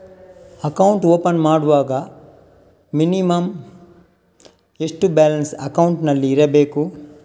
Account open ಮಾಡುವಾಗ minimum ಎಷ್ಟು balance ಅಕೌಂಟಿನಲ್ಲಿ ಇರಬೇಕು?